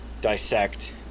dissect